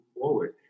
forward